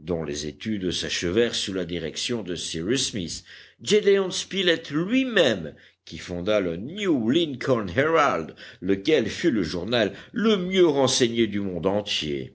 dont les études s'achevèrent sous la direction de cyrus smith gédéon spilett lui-même qui fonda le new lincoln herald lequel fut le journal le mieux renseigné du monde entier